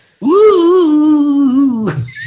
Woo